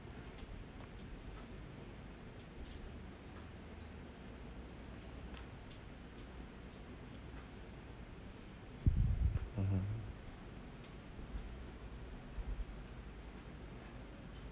mmhmm